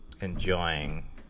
enjoying